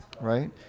right